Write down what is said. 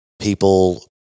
People